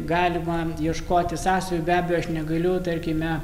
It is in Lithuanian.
galima ieškoti sąsajų be abejo aš negaliu tarkime